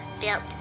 built